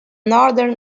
northern